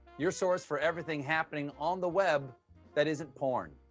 your source for everything happening on the web that isn't porn.